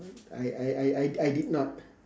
I I I I I did not